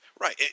Right